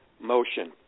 motion